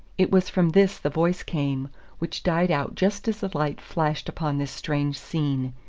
it was from this the voice came which died out just as the light flashed upon this strange scene.